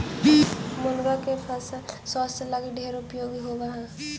मुनगा के फल स्वास्थ्य लागी ढेर उपयोगी होब हई